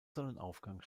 sonnenaufgang